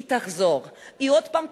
היא תחזור, היא עוד פעם תחזור,